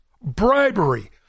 bribery